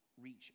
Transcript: reach